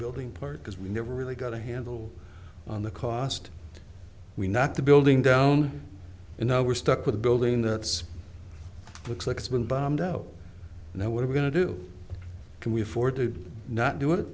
building part because we never really got a handle on the cost we not the building down and now we're stuck with a building that looks like it's been bombed out and then what are we going to do can we afford to not do it